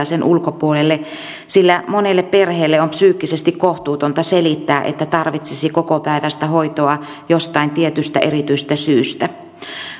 sen ulkopuolelle sillä monelle perheelle on psyykkisesti kohtuutonta selittää että tarvittaisiin kokopäiväistä hoitoa jostain tietystä erityisestä syystä